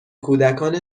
کودکان